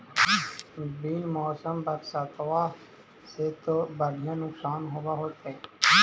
बिन मौसम बरसतबा से तो बढ़िया नुक्सान होब होतै?